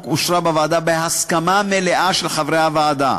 אושרה בוועדה בהסכמה מלאה של חברי הוועדה.